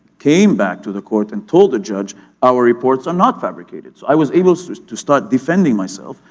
came back to the court and told the judge our reports are not fabricated. so, i was able so to start defending myself,